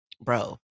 bro